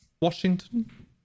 Washington